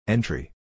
Entry